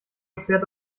sperrt